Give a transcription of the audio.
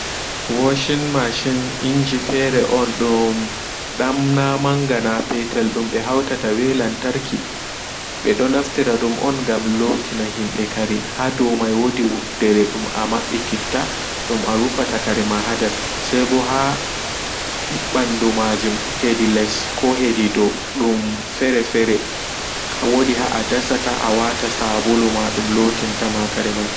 Washing machine inji fere on dum dam na manga na petel dum ɓe hautata ɓe lamtarki ɓedo nastira dum on lotina himɓe kare hadou mai wodi wuddere dum amaɓɓititta dum arufata karema ɓemai